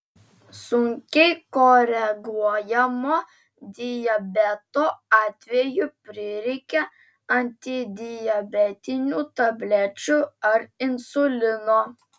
sunkiai koreguojamo diabeto atveju prireikia antidiabetinių tablečių ar insulino